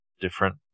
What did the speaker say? different